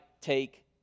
take